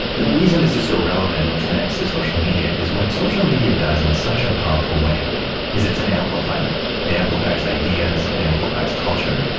the reason this is so relevant and connects to social media is what social media does in such a powerful way is it's an amplifier. it amplifies ideas and amplifies culture.